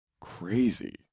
crazy